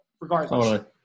regardless